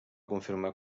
confirmar